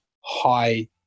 high